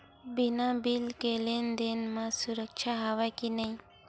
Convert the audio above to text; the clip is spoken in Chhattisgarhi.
बिना बिल के लेन देन म सुरक्षा हवय के नहीं?